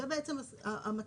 זה בעצם המצב.